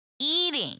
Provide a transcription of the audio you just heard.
Eating